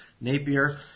Napier